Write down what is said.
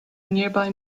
nearby